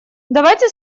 давайте